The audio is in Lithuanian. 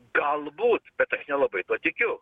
galbūt bet aš nelabai tuo tikiu